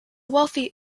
wealthy